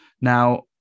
Now